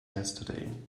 yesterday